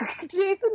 Jason